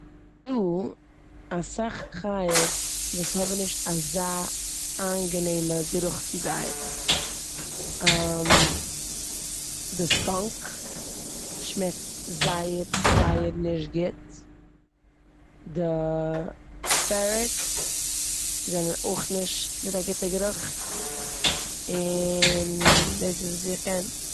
אסאך חיות וואס האבן נישט אזא אנגענעמע גערוך צו זיי. די סקאנק שמעקט זייער זייער נישט גוט, די פעררעטס זענען אויך נישט מיט א גוטע גערוך און דאס איז וואס איך קען.